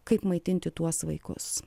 kaip maitinti tuos vaikus